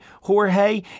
Jorge